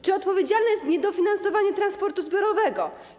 Czy odpowiedzialne jest niedofinansowanie transportu zbiorowego?